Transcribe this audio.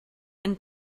and